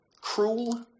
Cruel